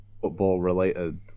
football-related